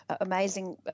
amazing